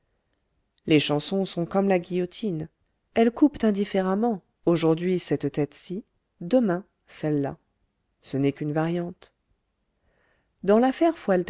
les chansons sont comme la guillotine elles coupent indifféremment aujourd'hui cette tête ci demain celle-là ce n'est qu'une variante dans l'affaire